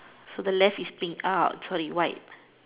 so the left is pink uh sorry white